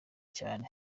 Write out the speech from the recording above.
cyane